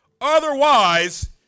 otherwise